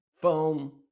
foam